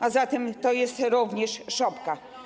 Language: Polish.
A zatem to jest również szopka.